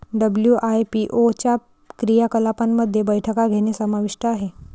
WIPO च्या क्रियाकलापांमध्ये बैठका घेणे समाविष्ट आहे